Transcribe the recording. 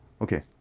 okay